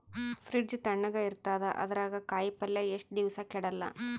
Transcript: Fridge ತಣಗ ಇರತದ, ಅದರಾಗ ಕಾಯಿಪಲ್ಯ ಎಷ್ಟ ದಿವ್ಸ ಕೆಡಲ್ಲ?